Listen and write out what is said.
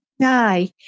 Hi